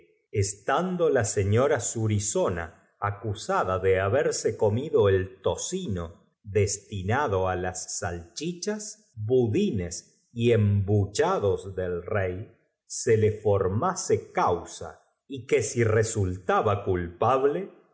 estando la señol'a surizona acusada de haberse comido el tocino destinado á las salchichas budines y embuchados del rey se le formase causa y que si resultaba culpable